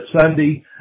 Sunday